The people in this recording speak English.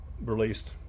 released